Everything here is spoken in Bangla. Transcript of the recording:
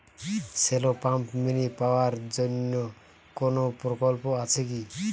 শ্যালো পাম্প মিনি পাওয়ার জন্য কোনো প্রকল্প আছে কি?